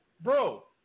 bro